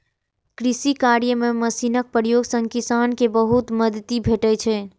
कृषि कार्य मे मशीनक प्रयोग सं किसान कें बहुत मदति भेटै छै